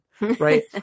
right